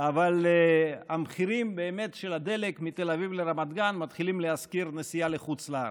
אבל המחירים של הדלק מתל אביב לרמת גן מתחילים להזכיר נסיעה לחוץ לארץ.